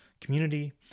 community